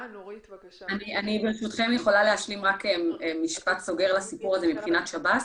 אני יכולה להשלים רק משפט אחד בנוגע לסיפור הזה מבחינת שב"ס.